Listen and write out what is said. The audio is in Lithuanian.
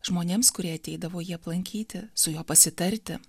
žmonėms kurie ateidavo jį aplankyti su juo pasitarti